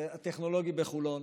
הטכנולוגי בחולון